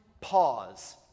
pause